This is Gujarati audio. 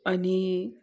અન